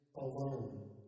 alone